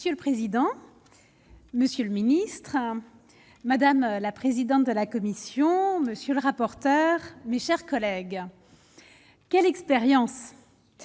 Monsieur le président, monsieur le ministre, madame la présidente de la commission, monsieur le rapporteur, mes chers collègues, quelle expérience,